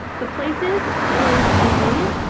the places is a